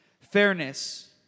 fairness